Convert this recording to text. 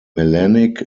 melanic